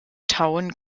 town